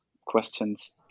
questions